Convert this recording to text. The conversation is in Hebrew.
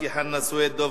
נא להצביע.